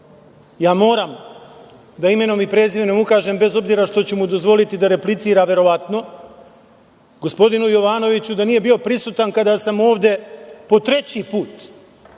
Moram da imenom i prezimenom ukažem, bez obzira što ću mu dozvoliti da replicira verovatno, gospodinu Jovanoviću da nije bio prisutan kada sam ovde po treći put,